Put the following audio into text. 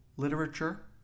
Literature